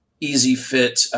easy-fit